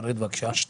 תפרט בבקשה.